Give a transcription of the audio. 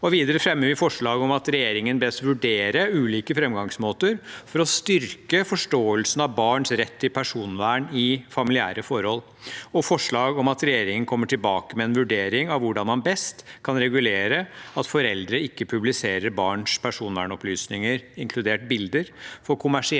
Videre fremmer vi forslag om at regjeringen bes vurdere ulike framgangsmåter for å styrke forståelsen av barns rett til personvern i familiære forhold, og forslag om at regjeringen kommer tilbake med en vurdering av hvordan man best kan regulere at foreldre ikke publiserer barns personvernopplysninger, inkludert bilder, for kommersielle